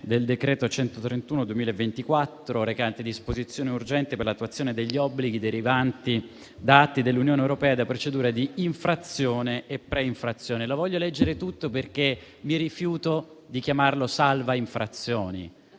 del decreto n. 131 del 2024, recante disposizioni urgenti per l'attuazione degli obblighi derivanti da atti dell'Unione europea e da procedure di infrazione e pre-infrazione. Ho voluto leggere tutto il titolo, perché mi rifiuto di chiamarlo decreto salva infrazioni.